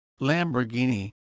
Lamborghini